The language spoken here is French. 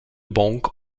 banque